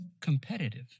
competitive